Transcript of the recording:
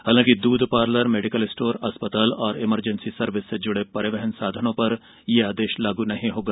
हालांकि दूध parlour medical store अस्पताल इमरजेंसी सर्विस से जूड़े परिवहन साधनों पर यह आदेश लागू नहीं होगा